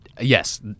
yes